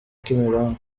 kimironko